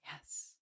Yes